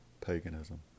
paganism